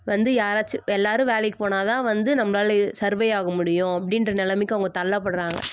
வந்து யாராச்சும் எல்லோரும் வேலைக்கு போனால் தான் வந்து நம்மளால இது சர்வே ஆக முடியும் அப்படின்ற நிலமைக்கு அவங்க தள்ளப்படுறாங்க